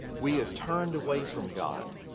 we have turned away from god.